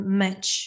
match